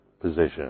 position